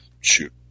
shoot